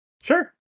Sure